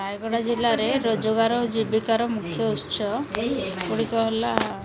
ରାୟଗଡ଼ା ଜିଲ୍ଲାରେ ରୋଜଗାର ଓ ଜୀବିକାର ମୁଖ୍ୟ ଉତ୍ସ ଗୁଡ଼ିକ ହେଲା